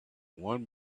one